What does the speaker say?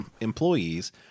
employees